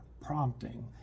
prompting